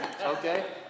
okay